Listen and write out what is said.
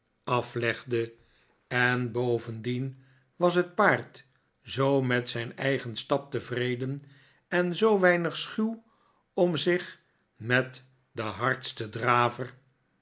aflegde en bovendien was het paard zoo met zijn eigen stap tevreden en zoo weinig schuw om zich met den hardsten draver